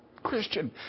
Christian